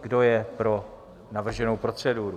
Kdo je pro navrženou proceduru?